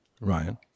Ryan